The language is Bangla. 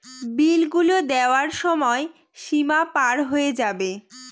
বিল গুলো দেওয়ার সময় সীমা পার হয়ে যাবে